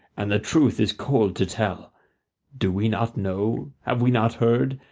and the truth is cold to tell do we not know, have we not heard,